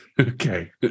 Okay